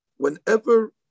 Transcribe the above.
Whenever